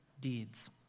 deeds